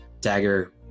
dagger